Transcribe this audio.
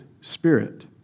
spirit